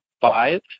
five